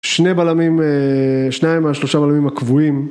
שני בלמים, שניים מהשלושה בלמים הקבועים